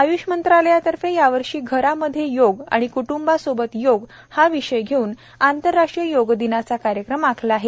आय्ष मंत्रालयातर्फे यावर्षी घरामध्ये योग आणि कुटुंबासोबत योग हा विषय घेऊन आंतरराष्ट्रीय योग दिनाचा कार्यक्रम आखला आहे